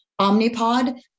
Omnipod